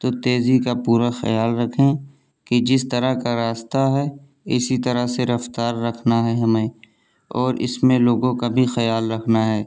تو تیزی کا پورا خیال رکھیں کہ جس طرح کا راستہ ہے اسی طرح سے رفتار رکھنا ہے ہمیں اور اس میں لوگوں کا بھی خیال رکھنا ہے